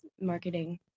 marketing